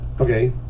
Okay